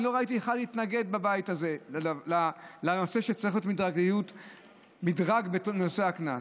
אני לא ראיתי אחד שהתנגד בבית הזה לנושא שצריך להיות מדרג בנושא הקנס.